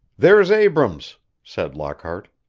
there's abrams, said lockhart.